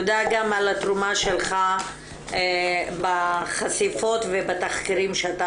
תודה גם על התרומה שלך בחשיפות ובתחקירים שאתה